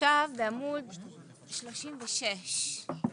בעמוד 36,